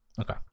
Okay